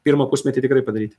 pirmą pusmetį tikrai padaryti